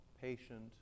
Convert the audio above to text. patient